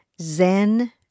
Zen